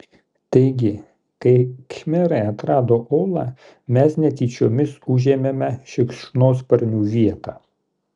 taigi kai khmerai atrado olą mes netyčiomis užėmėme šikšnosparnių vietą